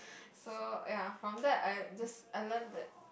so ya from that I this learnt that